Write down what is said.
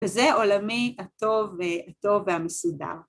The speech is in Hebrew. וזה עולמי הטוב והטוב והמסודר.